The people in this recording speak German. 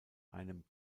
einem